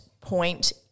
point